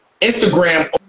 Instagram